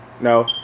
no